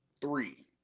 three